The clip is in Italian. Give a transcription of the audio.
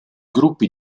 gruppi